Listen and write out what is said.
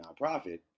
nonprofit